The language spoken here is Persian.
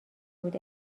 بود